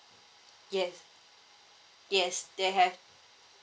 yes yes they have